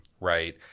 right